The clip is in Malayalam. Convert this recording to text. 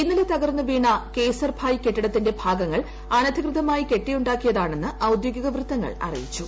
ഇന്നലെ തകർന്നുവീണ കേസർഭായ് കെട്ടിടത്തിന്റെ ഭാഗങ്ങൾ അനധികൃതമായി കെട്ടിയുണ്ടാക്കിയതാണെന്ന് ഔദ്യോഗിക വൃത്തങ്ങൾ അറിയിച്ചു